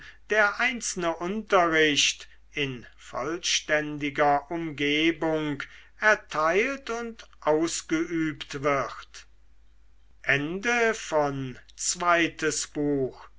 der einzelne unterricht in vollständiger umgebung erteilt und ausgeübt wird